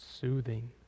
soothing